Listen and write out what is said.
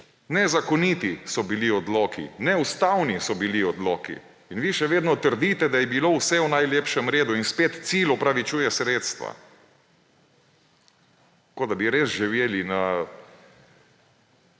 nezakoniti so bili odloki, neustavni so bili odloki in vi še vedno trdite, da je bilo vse v najlepšem redu. In spet cilj opravičuje sredstva, kot da bi res živeli na